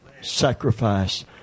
sacrifice